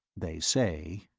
they say.